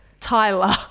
Tyler